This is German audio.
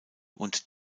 und